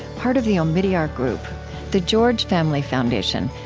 part of the omidyar group the george family foundation,